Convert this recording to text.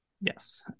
Yes